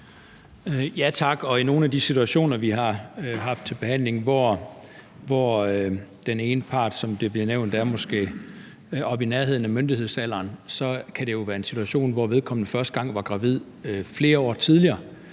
Tak. I nogle af de tilfælde, vi har haft til behandling, hvor den ene part, som det blev nævnt, måske er i nærheden af myndighedsalderen, kan det jo være en situation, hvor vedkommende første gang var gravid flere år tidligere.